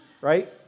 right